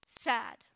sad